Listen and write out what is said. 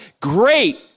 Great